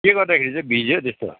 के गर्दाखेरि चाहिँ भिज्यौ हो त्यस्तो